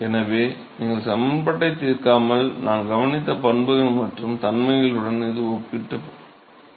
எனவே சமன்பாட்டைத் தீர்க்காமல் நாம் கவனித்த பண்புகள் மற்றும் தன்மைகளுடன் இது ஒத்துப்போகிறது